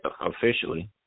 officially